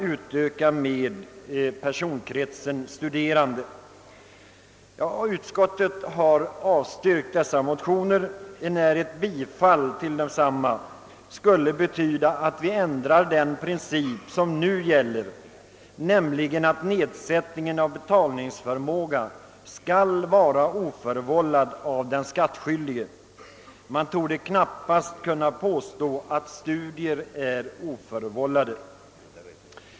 Utskottet har avstyrkt motionerna med förslag i denna riktning, enär ett bifall till dem skulle betyda att vi ändrar den princip som nu gäller, nämligen att nedsättningen av betalningsförmågan skall vara oförvållad av den skattskyldige. Man torde knappast kunna påstå att studier är oförvållade.